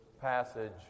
passage